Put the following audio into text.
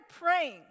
praying